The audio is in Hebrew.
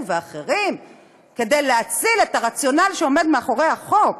ואחרים כדי להציל את הרציונל שעומד מאחורי החוק,